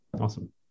Awesome